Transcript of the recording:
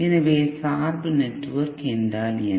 எனவே சார்பு நெட்வொர்க் என்றால் என்ன